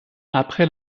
après